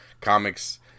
Comics